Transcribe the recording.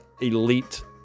elite